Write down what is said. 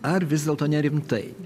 ar vis dėlto nerimtai